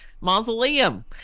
mausoleum